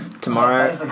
tomorrow